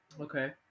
Okay